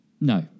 no